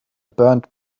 burnt